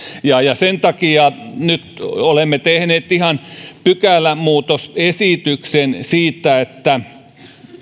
ja ja sen takia nyt olemme tehneet ihan pykälämuutosesityksen siitä että